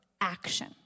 action